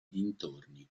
dintorni